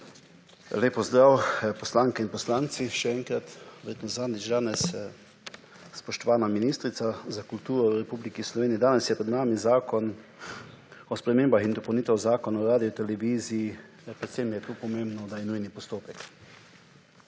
Lep pozdrav, poslanke in poslanci, verjetno zadnjič danes. Spoštovana ministrica za kulturo v Republiki Sloveniji! Danes je pred nami zakon o spremembah in dopolnitvah zakona o Radioteleviziji in predvsem je tu pomembno, da je nujni postopek.